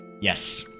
Yes